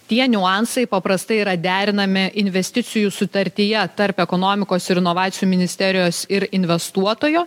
tie niuansai paprastai yra derinami investicijų sutartyje tarp ekonomikos ir inovacijų ministerijos ir investuotojo